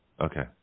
Okay